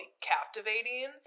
captivating